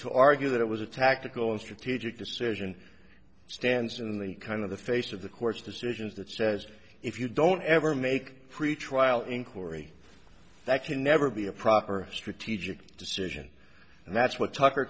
to argue that it was a tactical and strategic decision stands in the kind of the face of the court's decisions that says if you don't ever make pretrial inquiry that can never be a proper strategic decision and that's what tucker